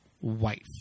wife